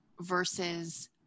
versus